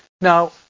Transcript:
Now